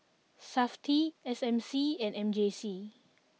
Safti S M C and M J C